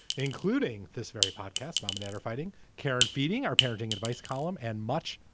including this very podcast. mom and dad are fighting karen feeding our parenting advice column. and much,